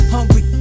Hungry